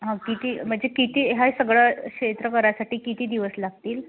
हा किती म्हणजे किती हा सगळं क्षेत्र करायसाठी किती दिवस लागतील